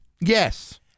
Yes